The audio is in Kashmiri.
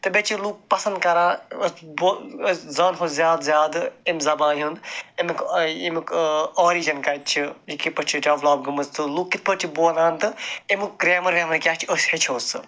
تہٕ بیٚیہِ چھِ لوٗکھ پَسنٛد کران أسۍ زانہٕ ہاو زیادٕ زیادٕ اَمہِ زبانہِ ہیٛونٛد اَمیٛک اَمیٛک ٲں آرِجَن کَتہِ چھُ یہِ کِتھ پٲٹھۍ چھِ ڈیٚولَپ گٔمٕژ تہٕ لوٗکھ کِتھ پٲٹھۍ چھِ بولان تہٕ اَمیٛک گرٛایمَر ویمَر کیٛاہ چھُ أسۍ ہیٚچھہاو سُہ